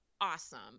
awesome